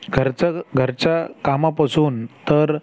घरचं घरच्या कामापसून तर